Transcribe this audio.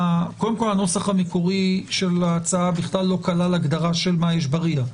הנוסח המקורי של ההצעה כלל לא כלל הגדרה של מה יש בר"י"ע.